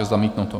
Zamítnuto.